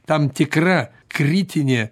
tam tikra kritinė